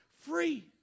free